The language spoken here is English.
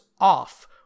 off